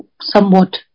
somewhat